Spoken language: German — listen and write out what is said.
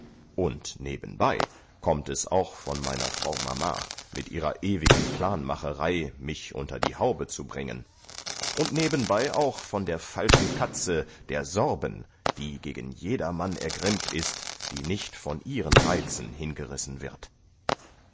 und nebenbei kommt es auch von meiner frau mama mit ihrer ewigen planmacherei mich unter die haube zu bringen und nebenbei auch von der falschen katze der sorben die gegen jedermann ergrimmt ist der nicht von ihren reizen hingerissen wird